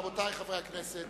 רבותי חברי הכנסת,